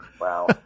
Wow